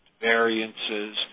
variances